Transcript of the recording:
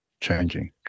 changing